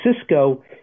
Cisco